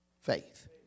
faith